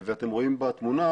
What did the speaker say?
אתם רואים בתמונה